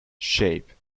shape